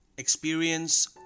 Experience